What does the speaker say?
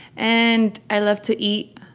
and i love to eat.